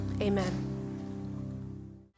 Amen